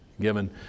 given